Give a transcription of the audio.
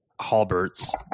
Halbert's